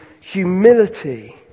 humility